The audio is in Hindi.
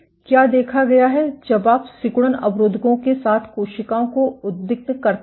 क्या देखा गया है जब आप सिकुड़न अवरोधकों के साथ कोशिकाओं को उद्विग्न करते हैं